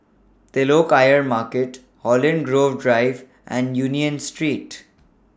Telok Ayer Market Holland Grove Drive and Union Street